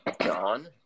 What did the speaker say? john